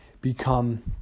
become